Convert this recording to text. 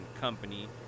company